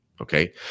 okay